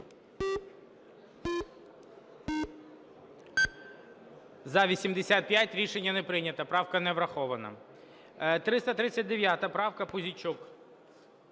За-85 Рішення не прийнято. Правка не врахована. 339 правка, Пузійчук.